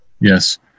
Yes